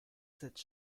cette